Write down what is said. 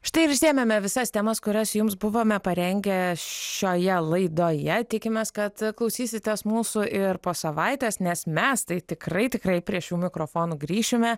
štai ir išsėmėme visas temas kurias jums buvome parengę šioje laidoje tikimės kad klausysitės mūsų ir po savaitės nes mes tai tikrai tikrai prie šių mikrofonų grįšime